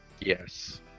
Yes